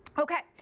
ok.